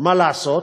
מה לעשות,